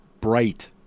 bright